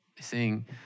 seeing